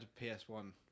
PS1